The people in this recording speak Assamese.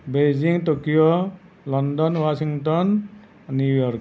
Beijing Tokyo London Washington New York